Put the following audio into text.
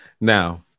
Now